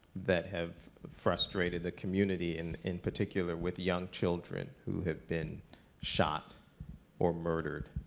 that have frustrated the community. in in particular, with young children who have been shot or murdered.